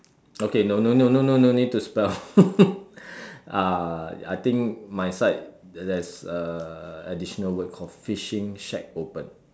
okay no no no no no no need to spell uh I think my side there's a additional word called fishing shack open